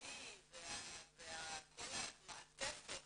והמנהלתי וכל המעטפת